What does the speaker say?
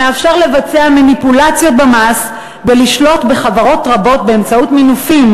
המאפשר לבצע מניפולציות במס ולשלוט בחברות רבות באמצעות מינופים.